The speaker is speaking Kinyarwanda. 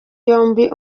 yombi